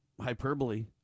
hyperbole